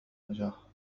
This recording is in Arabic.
النجاح